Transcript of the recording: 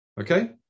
Okay